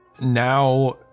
now